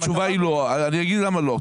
התשובה היא לא ואני אומר למה לא.